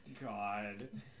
God